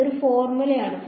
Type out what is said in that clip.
അതൊരു ഫോർമുലയാണ്